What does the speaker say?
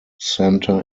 center